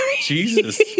Jesus